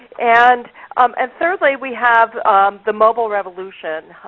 and um and thirdly, we have the mobile revolution,